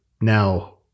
Now